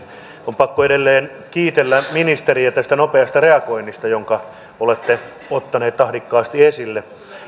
on pakko edelleen kiitellä ministeriä tästä nopeasta reagoinnista jonka olette ottanut tahdikkaasti esille